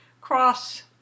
cross